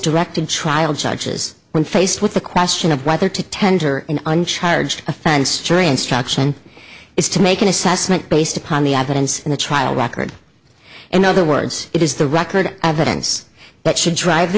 directed trial judges when faced with the question of whether to tender an uncharged offense jury instruction is to make an assessment based upon the evidence in the trial record in other words it is the record evidence that should drive